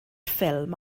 ffilm